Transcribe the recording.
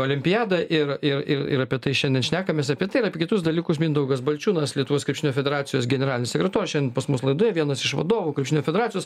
olimpiadą ir ir ir ir apie tai šiandien šnekamės apie tai ir apie kitus dalykus mindaugas balčiūnas lietuvos krepšinio federacijos generalinis sekretorius šiandien pas mus laidoje vienas iš vadovų krepšinio federacijos